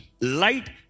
light